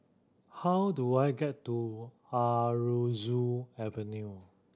how do I get to Aroozoo Avenue